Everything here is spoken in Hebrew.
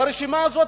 ברשימה הזאת,